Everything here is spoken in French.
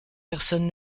personne